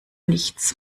nichts